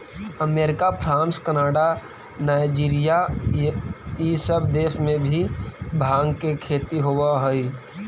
America, France, Canada, Nigeria इ सब देश में भी भाँग के खेती होवऽ हई